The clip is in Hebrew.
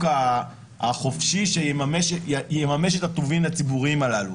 החופשי שיממש את הטובין הציבוריים הללו.